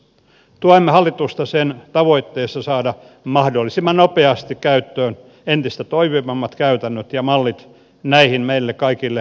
tuemme hallitusta sen tavoitteessa saada mahdollisimman nopeasti käyttöön entistä toimivammat käytännöt ja mallit näihin meille kaikille